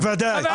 בוודאי.